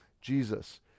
Jesus